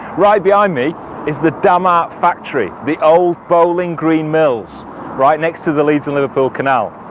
right behind me is the damart factory, the old bowling green mills right next to the leeds and liverpool canal.